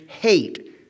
hate